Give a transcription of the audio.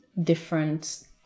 different